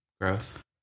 Gross